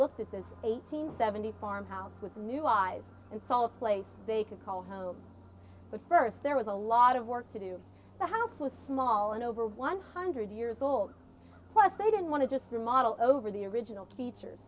at this eighteen seventy farmhouse with new eyes and saw a place they could call home but first there was a lot of work to do the house was small and over one hundred years old was they didn't want to just remodel over the original teachers